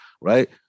right